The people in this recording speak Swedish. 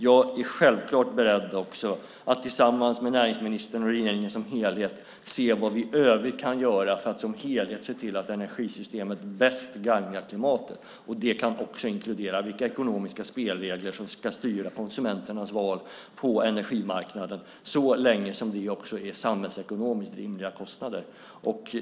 Jag är självklart beredd att tillsammans med näringsministern och regeringen se vad vi i övrigt kan göra för att se till att energisystemet som helhet bäst gagnar klimatet. Det kan också inkludera vilka ekonomiska spelregler som ska styra konsumenternas val på energimarknaden så länge som de samhällsekonomiska kostnaderna är rimliga.